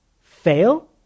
fail